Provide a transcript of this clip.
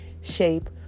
shape